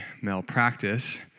malpractice